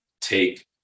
take